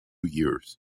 years